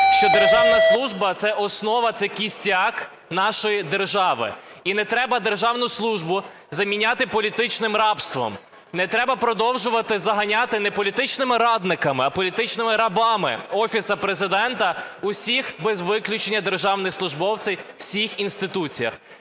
державна служба – це основа, це кістяк нашої держави. І не треба державну службу заміняти політичним рабством. Не треба продовжувати заганяти не політичними радниками, а політичними рабами Офісу Президента усіх без виключення державних службовців у всіх інституціях.